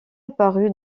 apparu